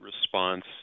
response